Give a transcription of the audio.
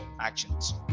actions